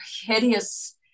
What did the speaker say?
hideous